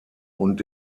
und